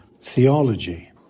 theology